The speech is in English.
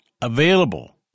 available